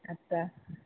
হয়